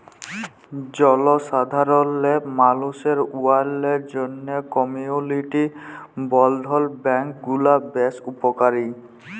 জলসাধারল মালুসের উল্ল্যয়লের জ্যনহে কমিউলিটি বলধ্ল ব্যাংক গুলা বেশ উপকারী